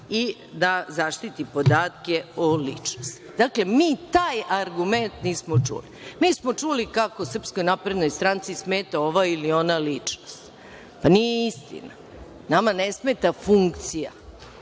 i da zaštiti podatke o ličnosti? Dakle, mi taj argument nismo čuli. Mi smo čuli kako Srpskoj naprednoj stranci smeta ova ili ona ličnost. Nije istina. Nama ne smeta funkcija,